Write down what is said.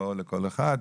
לא לכל אחד,